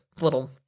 little